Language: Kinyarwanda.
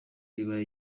bibaye